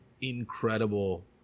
incredible